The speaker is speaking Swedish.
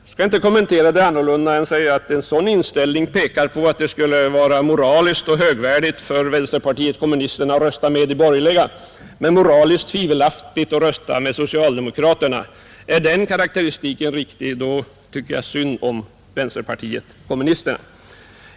Jag skall inte kommentera det annat än genom att säga att en sådan inställning pekar på att det skulle vara moraliskt högvärdigt av vänsterpartiet kommunisterna att rösta med de borgerliga men moraliskt tvivelaktigt att rösta med socialdemokraterna. Är den karakteristiken riktig, då tycker jag synd om vänsterpartiet kommunisterna.